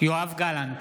יואב גלנט,